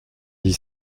dix